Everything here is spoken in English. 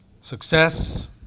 Success